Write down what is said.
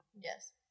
Yes